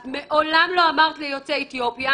את מעולם לא אמרת ליוצאי אתיופיה,